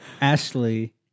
Ashley